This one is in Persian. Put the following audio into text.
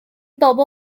بابا